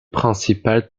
principales